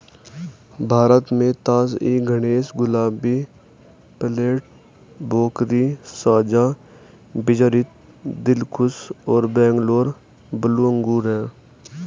भारत में तास ए गणेश, गुलाबी, पेर्लेट, भोकरी, साझा बीजरहित, दिलखुश और बैंगलोर ब्लू अंगूर हैं